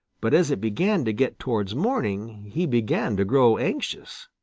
but as it began to get towards morning he began to grow anxious.